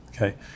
Okay